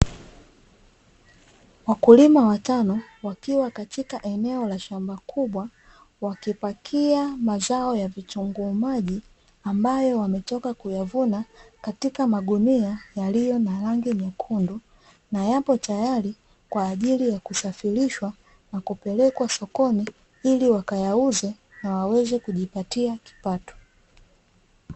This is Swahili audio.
Wakulima watano wakiwa katika eneo la shamba kubwa wakipakia mazao ya vitunguu maji ambayo wametoka kuyavuna katika magunia yaliyo ya rangi nyekundu, na yapo tayari kwa ajili ya kusafirishwa na kupelekwa sokoni ili wakayauze na waweze kujipatia kipato.